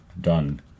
done